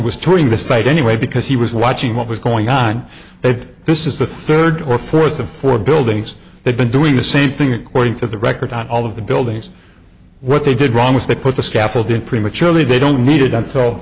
was touring the site anyway because he was watching what was going on that this is the third or fourth of four buildings they've been doing the same thing according to the record on all of the buildings what they did wrong was they put the scaffolding prematurely they don't need it